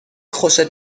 خوشت